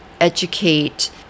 educate